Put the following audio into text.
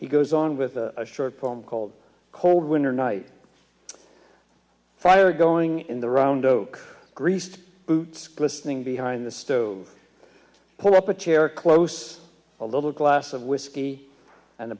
he goes on with a short poem called cold winter night fire going in the round oak greased boots glistening behind the stove pull up a chair close a little glass of whisky and